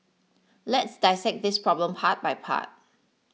let's dissect this problem part by part